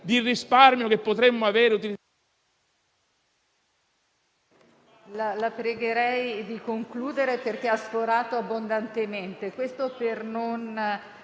di risparmio che potremmo avere...